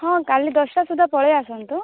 ହଁ କାଲି ଦଶଟା ସୁଦ୍ଧା ପଳେଇ ଆସନ୍ତୁ